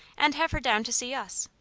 and have her down to see us.